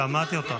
שמעתי אותך.